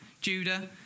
Judah